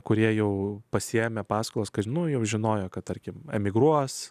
kurie jau pasiėmę paskolas kad nu jau žinojo kad tarkim emigruos